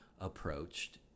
approached